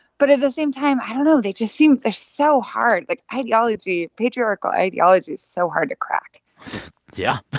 but at the same time, i don't know. they just seem they're so hard. like, ideology ideology patriarchal ideology is so hard to crack yeah.